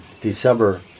December